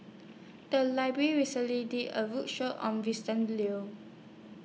The Library recently did A roadshow on Vincent Leow